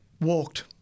walked